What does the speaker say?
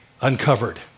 uncovered